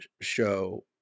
show